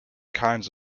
kinds